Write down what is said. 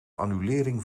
annulering